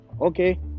okay